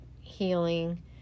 healing